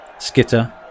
Skitter